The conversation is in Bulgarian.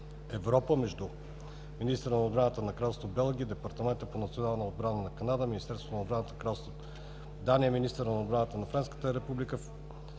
„Европа“ между министъра на отбраната на Кралство Белгия, Департамента по националната отбрана на Канада, Министерството на отбраната на Кралство Дания, министъра на отбраната на Френската република,